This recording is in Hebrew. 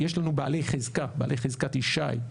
יש לנו בעלי חזקת ישי.